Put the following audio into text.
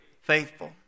Faithful